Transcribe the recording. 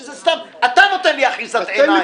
שזה סתם אתה נותן לי אחיזת עיניים.